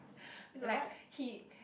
like he